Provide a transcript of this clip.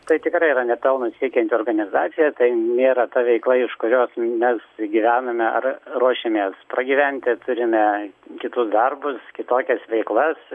tai tikrai yra nepelno siekianti organizacija tai nėra ta veikla iš kurios mes gyvename ar ruošiamės pragyventi turime kitus darbus kitokias veiklas